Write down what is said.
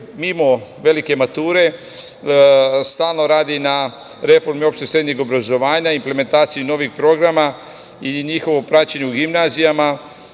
mimo velike mature stalno radi na reformi opšteg srednjeg obrazovanja, implementaciji novih programa i njihovom praćenju u gimnazijama,